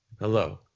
Hello